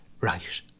Right